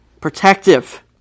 protective